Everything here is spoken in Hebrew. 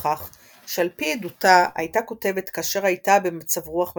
שעל פי עדותה הייתה כותבת כאשר הייתה במצב רוח מלנכולי.